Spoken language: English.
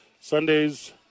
Sunday's